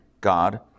God